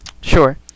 Sure